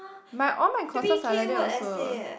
my all my courses are like that also